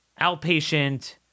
outpatient